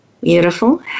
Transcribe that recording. Beautiful